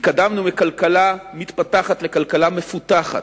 התקדמנו מכלכלה מתפתחת לכלכלה מפותחת.